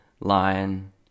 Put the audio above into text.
lion